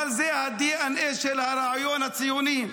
אבל זה הדנ"א של הרעיון הציוני.